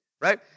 right